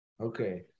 Okay